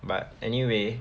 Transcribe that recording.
but anyway